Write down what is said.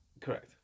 correct